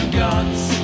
guns